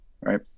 right